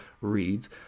reads